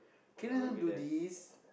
can you not do this